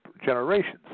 generations